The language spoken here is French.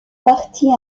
parties